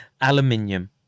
aluminium